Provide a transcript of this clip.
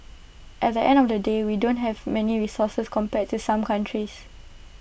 at the end of the day we don't have many resources compared to some countries